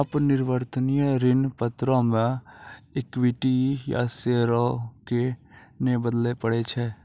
अपरिवर्तनीय ऋण पत्रो मे इक्विटी या शेयरो के नै बदलै पड़ै छै